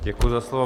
Děkuji za slovo.